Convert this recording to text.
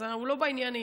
אז הוא לא בעניינים.